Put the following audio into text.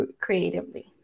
creatively